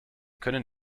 können